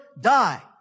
die